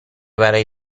برای